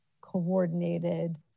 coordinated